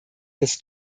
des